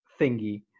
thingy